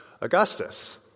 Augustus